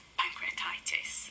pancreatitis